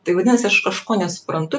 tai vadinasi aš kažko nesuprantu